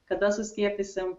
kada suskiepysim